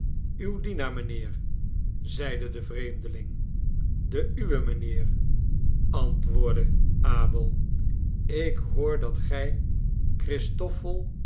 uw dienaar mijnheer zeide de vreemdeling de uwe mijnheer antwoordde abel ik hoor dat gij